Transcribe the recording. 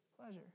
pleasure